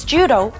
Judo